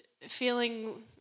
feeling